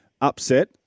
upset